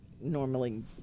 normally